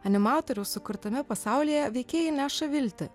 animatoriaus sukurtame pasaulyje veikėjai neša viltį